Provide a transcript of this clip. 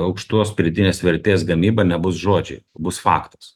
aukštos pridėtinės vertės gamyba nebus žodžiai bus faktas